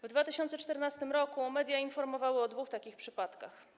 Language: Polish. W 2014 r. media informowały o dwóch takich przypadkach.